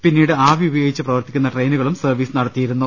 പിന്നീട് ആവി ഉപയോഗിച്ച് പ്രവർത്തിക്കുന്ന ട്രെയിനുകളും സർവ്വീസ് നടത്തിയിരുന്നു